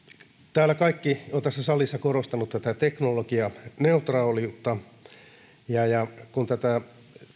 kaikki ovat tässä salissa korostaneet tätä teknologianeutraaliutta kun tätä